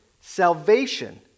salvation